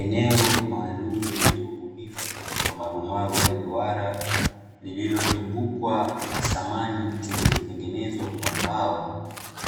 Eneo maalumu lenye ubunifu wa marumaru ya duara, lililozungukwa na samani zilizotengenezwa kwa mbao